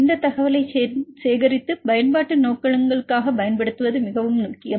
இந்தத் தகவலைச் சேகரித்து பயன்பாட்டு நோக்கங்களுக்காகப் பயன்படுத்துவது மிகவும் முக்கியம்